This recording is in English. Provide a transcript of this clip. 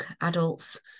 adults